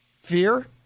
fear